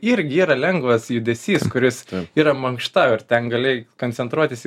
irgi yra lengvas judesys kuris yra mankšta ir ten gali koncentruotis į